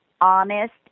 honest